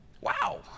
Wow